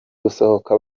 gusohoka